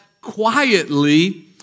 quietly